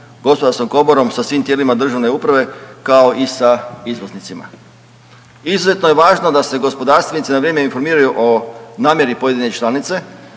gospodarskom komorom, sa svim tijelima državne uprave kao i sa izvoznicima. Izuzetno je važno da se gospodarstvenici na vrijeme informiraju o namjeri pojedine članice,